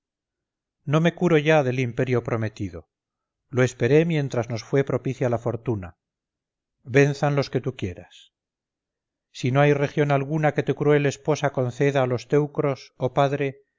no me curo ya del imperio prometido lo esperé mientras nos fue propicia la fortuna venzan los que tú quieras si no hay región alguna que tu cruel esposa conceda a los teucros oh padre